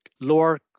lower